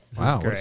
Wow